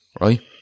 Right